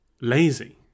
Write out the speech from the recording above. lazy